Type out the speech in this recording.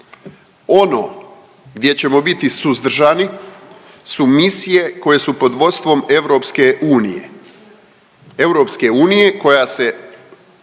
Ono gdje ćemo biti suzdržani su misije koje su pod vodstvom EU, EU koja se, koja je